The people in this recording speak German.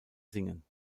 singen